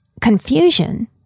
confusion